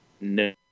No